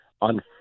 on